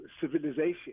civilization